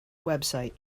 website